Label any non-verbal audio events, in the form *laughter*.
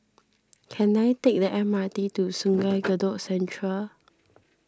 can I take the M R T to Sungei *noise* Kadut Central